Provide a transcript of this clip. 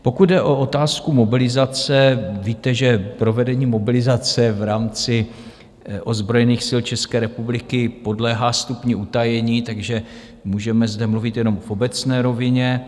Pokud jde o otázku mobilizace, víte, že provedení mobilizace v rámci ozbrojených sil České republiky podléhá stupni utajení, takže můžeme zde mluvit jenom v obecné rovině.